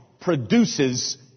produces